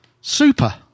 Super